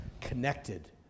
connected